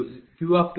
u Q20